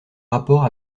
rapport